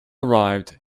arrived